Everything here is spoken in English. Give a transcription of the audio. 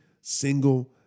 single